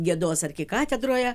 giedos arkikatedroje